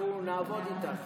אנחנו נעבוד איתך